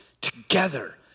together